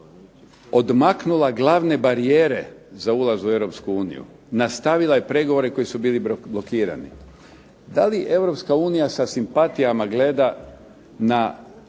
odmaknula glavne barijere za ulaz u Europsku uniju, nastavila je pregovore koji su bili blokirani. Da li Europska unija sa simpatijama gleda na